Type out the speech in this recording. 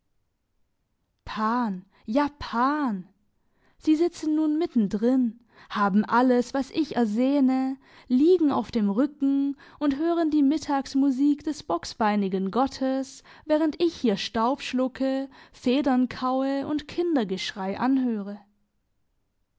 sie sitzen nun mitten drin haben alles was ich ersehne liegen auf dem rücken und hören die mittagsmusik des bocksbeinigen gottes während ich hier staub schlucke federn kaue und kindergeschrei anhöre